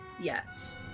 Yes